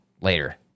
later